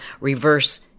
reverse